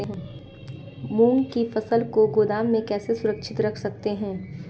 मूंग की फसल को गोदाम में कैसे सुरक्षित रख सकते हैं?